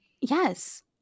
Yes